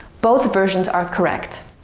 both versions are correct.